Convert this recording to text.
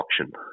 Auction